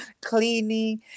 cleaning